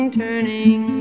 turning